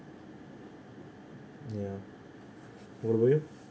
ya what about you